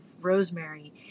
rosemary